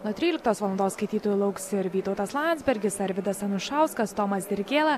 nuo tryliktos valandos skaitytojų lauks ir vytautas landsbergis arvydas anušauskas tomas dirgėla